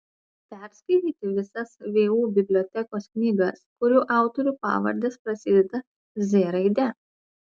perskaityti visas vu bibliotekos knygas kurių autorių pavardės prasideda z raide